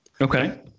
Okay